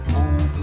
old